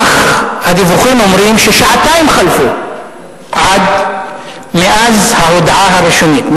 אך הדיווחים אומרים ששעתיים חלפו מאז ההודעה הראשונית,